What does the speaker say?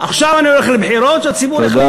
עכשיו אני הולך לבחירות, והציבור יחליט.